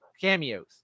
cameos